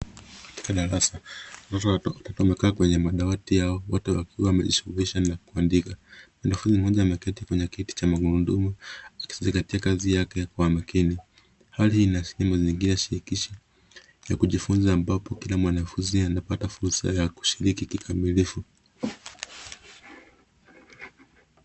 Katika darasa watoto wamekaa kwenye madawati yao wote wakiwa wamejishughulisha na kuandika. Mwanafunzi moja ameketi kwenye kiti cha magurudumu akizingatia kazi yake kwa makini. Hali hii ina sehemu nyingine shirikishi ya kujifunza ambapo kila mwanafunzi anapata fursa ya kushiriki kikamilifu.